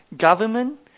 Government